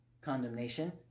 condemnation